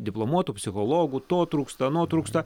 diplomuotų psichologų to trūksta ano trūksta